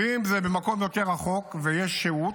ואם זה במקום יותר רחוק ויש שהות,